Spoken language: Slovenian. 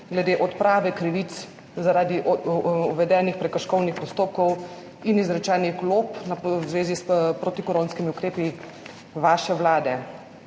glede odprave krivic zaradi uvedenih prekrškovnih postopkov in izrečenih glob v zvezi s protikoronskimi ukrepi vaše vlade.